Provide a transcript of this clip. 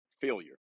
failure